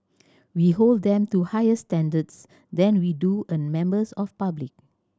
we hold them to higher standards than we do a members of public